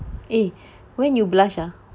eh when you blushed ah